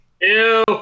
ew